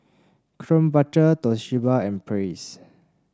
Krombacher Toshiba and Praise